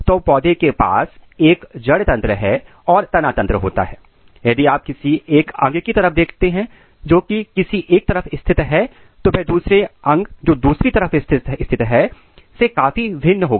तो पौधे के पास एक जड़ तंत्र और तना तंत्र होता है और यदि आप किसी एक अंग की तरफ देखते हैं जो किसी एक तरफ स्थित है तो वह एक दूसरे अंग जो दूसरी तरफ स्थित है से काफी भिन्न होगा